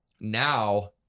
Now